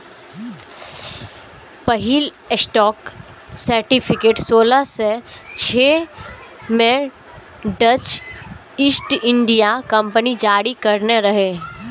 पहिल stock certificate सोलह सय छह मे डच ईस्ट इंडिया कंपनी जारी करने रहै